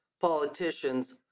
politicians